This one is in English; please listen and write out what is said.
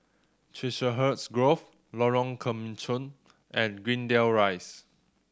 Chiselhurst Grove Lorong Kemunchup and Greendale Rise